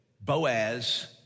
Boaz